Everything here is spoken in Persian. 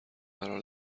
قرار